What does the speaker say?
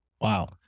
Wow